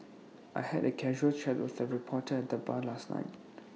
I had A casual chat with A reporter at the bar last night